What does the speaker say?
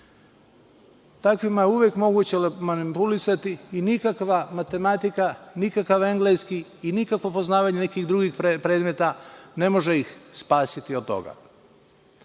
Takvima je uvek moguće manipulisati i nikakva matematika, nikakav engleski i nikakvo poznavanje nekih drugih predmeta ne može ih spasiti od toga. Imamo